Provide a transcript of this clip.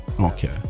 Okay